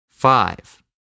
Five